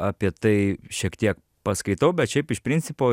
apie tai šiek tiek paskaitau bet šiaip iš principo